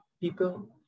people